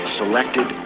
selected